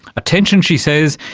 attention, she says,